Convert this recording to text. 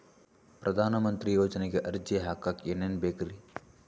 ಪ್ರಧಾನಮಂತ್ರಿ ಯೋಜನೆಗೆ ಅರ್ಜಿ ಹಾಕಕ್ ಏನೇನ್ ಬೇಕ್ರಿ?